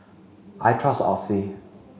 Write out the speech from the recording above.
I trust Oxy